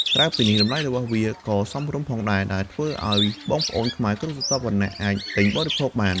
ក្រៅពីនេះ តម្លៃរបស់វាក៏សមរម្យផងដែរ ដែលធ្វើឲ្យបងប្អូនខ្មែរគ្រប់ស្រទាប់វណ្ណៈអាចទិញបរិភោគបាន។